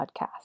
podcast